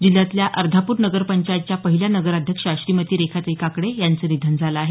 जिल्ह्यातल्या अर्धापूर नगर पंचायतच्या पहिल्या नगराध्यक्ष श्रीमती रेखाताई काकडे यांचं निधन झालं आहे